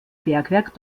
bergwerk